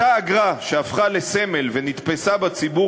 אותה אגרה שהפכה לסמל ונתפסה בציבור